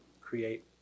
create